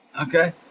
Okay